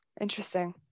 interesting